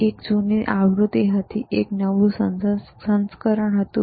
એક જૂની આવૃત્તિ હતીએક નવું સંસ્કરણ હતું